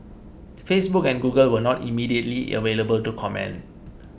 Facebook and Google were not immediately available to comment